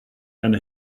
and